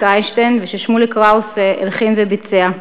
איינשטיין וששמוליק קראוס הלחין וביצע,